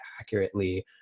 accurately